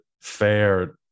fair